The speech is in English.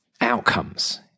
outcomes